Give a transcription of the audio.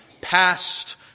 past